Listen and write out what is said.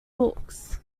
books